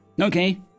Okay